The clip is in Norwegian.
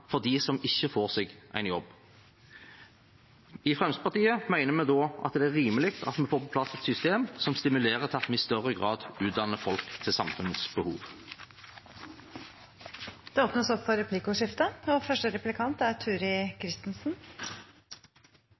for dem som ikke får seg en jobb. I Fremskrittspartiet mener vi at det da er rimelig at vi får på plass et system som stimulerer til at vi i større grad utdanner folk til samfunnets behov. Det blir replikkordskifte. Regjeringspartiene og Fremskrittspartiet står i innstillingen sammen om at det er